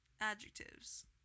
adjectives